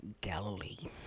Galilee